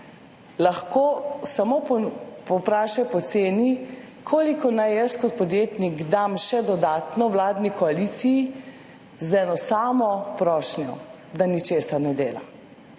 bomo, samo povprašaj po ceni, koliko naj dam jaz kot podjetnik še dodatno vladni koaliciji z eno samo prošnjo, da ničesar ne dela,